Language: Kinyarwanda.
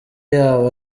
yabo